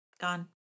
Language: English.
Gone